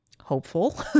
hopeful